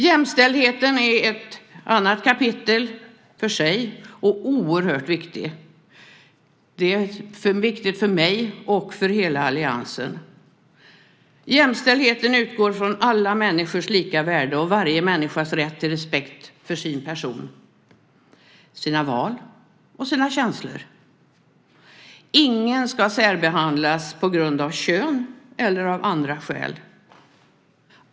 Jämställdheten är ett annat kapitel som är oerhört viktigt. Det är viktigt för mig och för hela alliansen. Jämställdheten utgår från alla människors lika värde och varje människas rätt till respekt för sin person, sina val och sina känslor. Ingen ska särbehandlas på grund av kön eller av andra skäl.